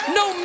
no